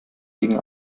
gegen